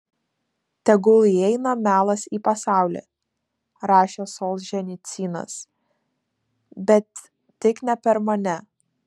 tegul įeina melas į pasaulį rašė solženicynas bet tik ne per mane